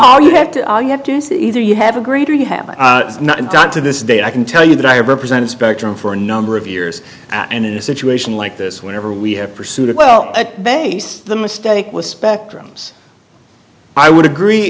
to you have to either you have a greater you have not done to this day i can tell you that i have represented spectrum for a number of years and in a situation like this whenever we have pursued it well at base the mistake was spectrums i would agree